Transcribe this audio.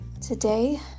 Today